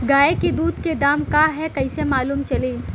गाय के दूध के दाम का ह कइसे मालूम चली?